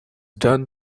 done